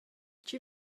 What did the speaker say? tgi